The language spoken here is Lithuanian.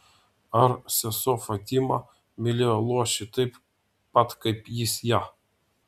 ar sesuo fatima mylėjo luošį taip pat kaip jis ją